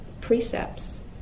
precepts